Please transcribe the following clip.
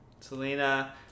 Selena